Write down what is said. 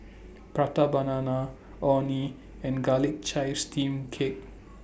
Prata Banana Orh Nee and Garlic Chives Steamed Cake